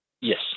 Yes